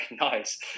nice